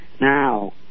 now